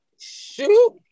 shoot